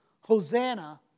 Hosanna